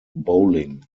bowling